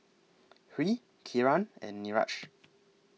Hri Kiran and Niraj